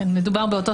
מדובר באותו